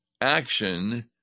action